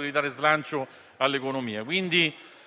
ridare slancio all'economia.